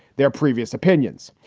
their previous opinions.